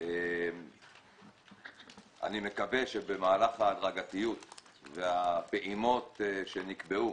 אני מקווה שבמהלך ההדרגתיות והפעימות שנקבעו,